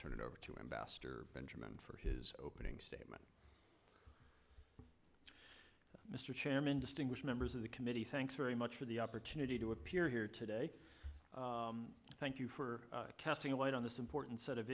turn it over to ambassador benjamin for his opening statement mr chairman distinguished members of the committee thanks very much for the opportunity to appear here today thank you for casting a light on this important set of